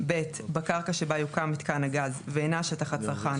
(ב)בקרקע שבה יוקם מיתקן הגז ואינה שטח הצרכן,